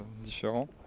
différent. «